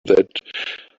that